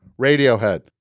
Radiohead